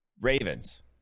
Ravens